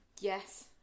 Yes